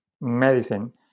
medicine